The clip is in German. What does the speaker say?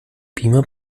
beamer